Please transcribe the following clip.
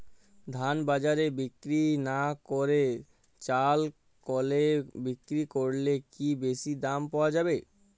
ধান বাজারে বিক্রি না করে চাল কলে বিক্রি করলে কি বেশী দাম পাওয়া যাবে?